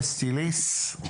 אסתי ליס?